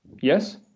Yes